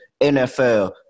NFL